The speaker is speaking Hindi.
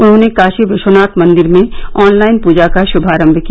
उन्होंने काशी विश्वनाथ मंदिर में ऑनलाइन पूजा का श्भारम्भ किया